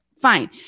Fine